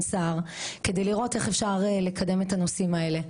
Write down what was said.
סער כדי לראות איך אפשר לקדם את הנושאים האלה.